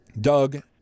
doug